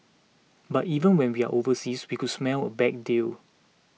but even when we are overseas we could smell a bad deal